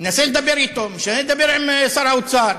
אני מנסה לדבר אתו, מנסה לדבר עם שר האוצר.